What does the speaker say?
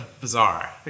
Bizarre